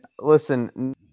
listen